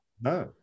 No